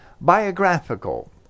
biographical